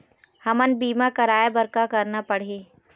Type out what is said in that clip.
हमन बीमा कराये बर का करना पड़ही?